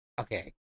Okay